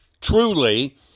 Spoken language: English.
truly